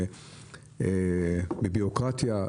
בבירוקרטיה,